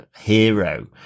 hero